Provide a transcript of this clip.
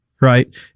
right